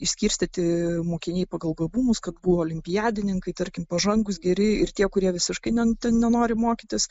išskirstyti mokiniai pagal gabumus kad buvo olimpiadininkai tarkim pažangūs geri ir tie kurie visiškai ne ten nenori mokytis